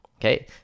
okay